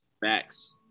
Facts